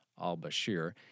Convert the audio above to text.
al-Bashir